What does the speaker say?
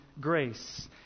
grace